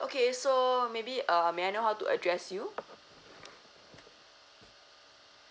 okay so maybe uh may I know how to address you